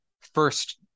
first